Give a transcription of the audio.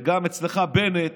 וגם אצלך, בנט,